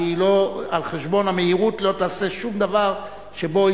ועל חשבון המהירות היא לא תעשה שום דבר שבו